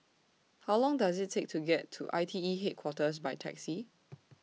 How Long Does IT Take to get to I T E Headquarters By Taxi